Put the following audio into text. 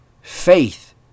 Faith